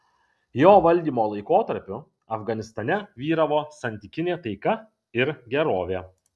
jo valdymo laikotarpiu afganistane vyravo santykinė taika ir gerovė